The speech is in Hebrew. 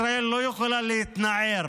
ישראל לא יכולה להתנער.